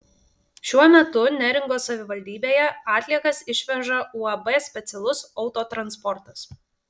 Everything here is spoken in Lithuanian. šiuo metu neringos savivaldybėje atliekas išveža uab specialus autotransportas